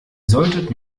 solltet